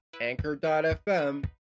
anchor.fm